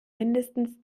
mindestens